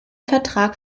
vertrag